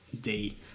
day